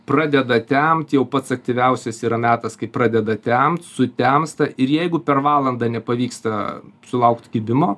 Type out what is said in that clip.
pradeda temt jau pats aktyviausias yra metas kai pradeda temt sutemsta ir jeigu per valandą nepavyksta sulaukt kibimo